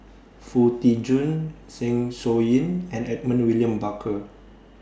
Foo Tee Jun Zeng Shouyin and Edmund William Barker